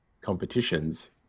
competitions